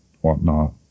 whatnot